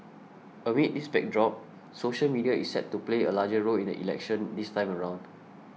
amid this backdrop social media is set to play a larger role in the election this time around